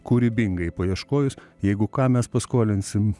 kūrybingai paieškojus jeigu ką mes paskolinsim